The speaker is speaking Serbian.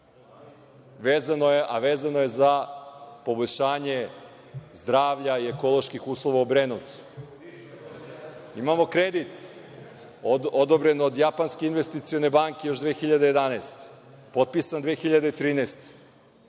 vezano je za poboljšanje zdravlja i ekoloških uslova u Obrenovcu. Imamo kredit odobren od Japanske investicione banke još 2011. godine, potpisan 2013.